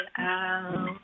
out